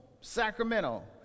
Sacramento